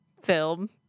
film